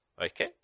Okay